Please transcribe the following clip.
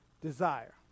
desire